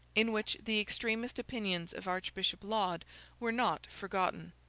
in which the extremest opinions of archbishop laud were not forgotten.